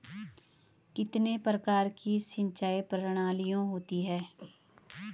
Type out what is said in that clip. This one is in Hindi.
कितने प्रकार की सिंचाई प्रणालियों होती हैं?